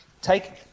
take